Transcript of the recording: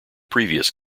previous